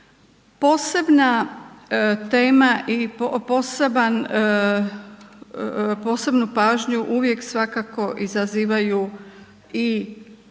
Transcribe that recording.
Posebna tema i posebnu pažnju uvijek svakako izazivaju i